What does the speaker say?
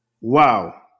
Wow